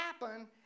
happen